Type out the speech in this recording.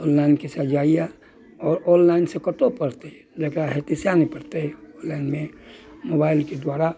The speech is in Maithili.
ऑनलाइनके सजा इएह यऽ आओर ऑनलाइन से कतऽ पढ़तै जेकरा हेतै सहए ने पढ़तै ऑनलाइनमे मोबाइलके द्वारा